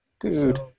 Dude